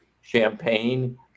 champagne